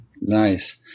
Nice